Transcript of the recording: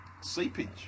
Seepage